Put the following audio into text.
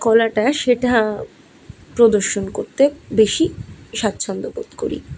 কলাটা সেটা প্রদর্শন করতে বেশি স্বাচ্ছন্দ্য বোধ করি